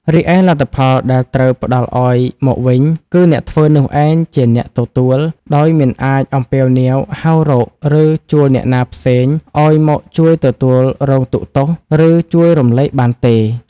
រីឯលទ្ធផលដែលត្រូវផ្តល់ឲ្យមកវិញគឺអ្នកធ្វើនោះឯងជាអ្នកទទួលដោយមិនអាចអំពាវនាវហៅរក ឬជួលអ្នកណាផ្សេងឲ្យមកជួយទទួលរងទុក្ខទោស ឬជួយរំលែកបានទេ ។